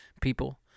people